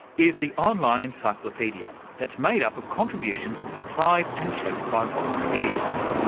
is the online encyclopedia that's made up of contributions supplied and checked by volunteers.